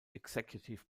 executive